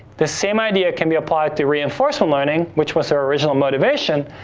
the same idea can be applied to reinforcement learning, which was the original motivation,